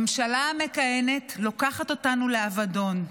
הממשלה המכהנת לוקחת אותנו לאבדון,